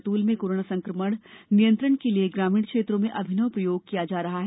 बैतूल में कोरोना संक्रमण नियंत्रण के लिए ग्रामीण क्षेत्रों में अभिनव प्रयोग किया जा रहा है